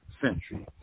century